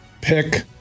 pick